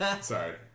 sorry